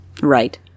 right